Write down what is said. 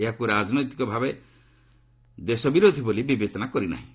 ଏହାକୁ ରାଜନୈତିକ ଭାବେ ଦେଶ ବିରୋଧୀ ବୋଲି ବିବେଚନା କରିନାହିଁ